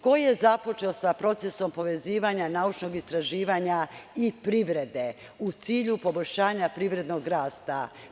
Ko je započeo sa procesom povezivanja naučnog istraživanja i privrede u cilju poboljšanja privrednog rasta?